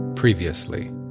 previously